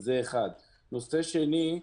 נושא שני,